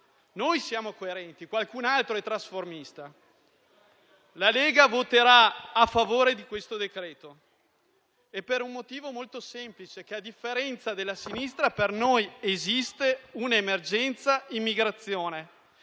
Noi siamo coerenti, qualcun altro è trasformista. La Lega voterà a favore del decreto-legge in esame, per un motivo molto semplice: a differenza della sinistra, per noi esiste un'emergenza immigrazione,